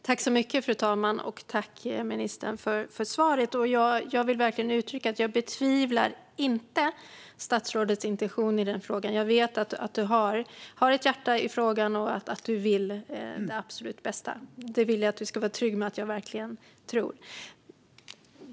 Fru talman! Jag tackar ministern för svaret. Jag vill verkligen uttrycka att jag inte betvivlar statsrådets intentioner. Du har ett hjärta i frågan och vill det absolut bästa, Lena Hallengren. Det vill jag att du ska vara trygg med att jag verkligen tror.